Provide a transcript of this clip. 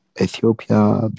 Ethiopia